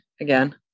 again